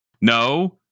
No